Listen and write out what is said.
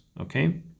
okay